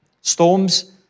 Storms